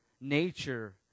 nature